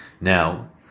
Now